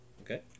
Okay